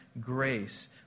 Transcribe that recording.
grace